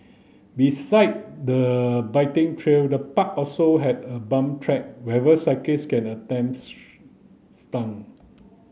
beside the biking trail the park also has a pump track where cyclist can attempt stunt